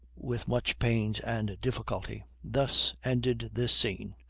with much pains and difficulty. thus ended this scene,